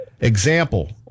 Example